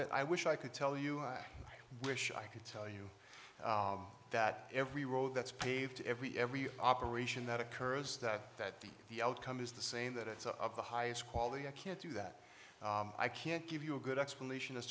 it i wish i could tell you i wish i could tell you that every road that's paved every every operation that occurs that that the outcome is the same that it's of the highest quality i can't do that i can't give you a good explanation as